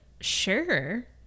sure